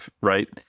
right